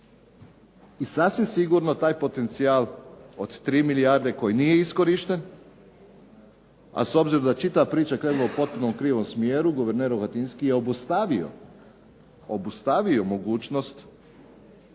I sasvim sigurno taj potencijal od 3 milijarde koji nije iskorišten, a s obzirom da je čitava priča krenula u potpuno krivom smjeru guverner Rohatinski je obustavio mogućnost